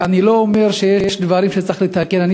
אני לא אומר שאין דברים שצריך לתקן.